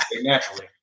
naturally